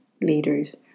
leaders